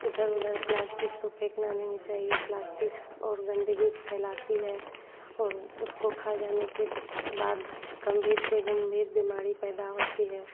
इधर उधर प्लास्टिक तो फेंकना नहीं चाहिए प्लास्टिक और गंदगी फैलाती है और उसको खा जाने के बाद गम्भीर से गम्भीर बीमारी पैदा होती है